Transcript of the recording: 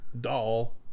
Doll